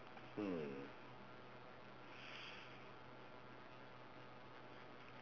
hmm